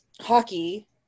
Hockey